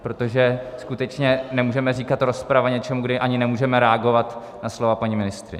Protože skutečně nemůžeme říkat rozprava něčemu, kdy ani nemůžeme reagovat na slova paní ministryně.